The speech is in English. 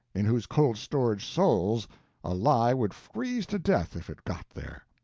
in whose cold-storage souls a lie would freeze to death if it got there!